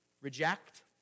reject